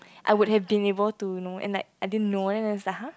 I would have been about to you know and like I didn't know then it's like !huh!